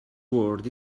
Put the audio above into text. world